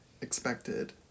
expected